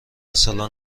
سالن